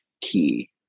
key